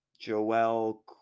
Joel